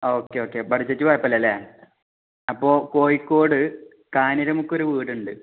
okay okay budget കുഴപ്പമില്ല അല്ലേ അപ്പോൾ കോഴിക്കോട് കാനരമുക്കൊരു വീടുണ്ട്